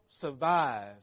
survive